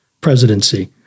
presidency